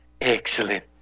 excellent